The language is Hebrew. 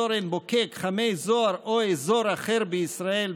אזור עין בוקק-חמי זוהר או אזור אחר בישראל,